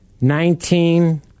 nineteen